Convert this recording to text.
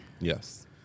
Yes